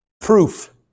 Proof